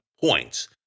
points